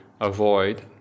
avoid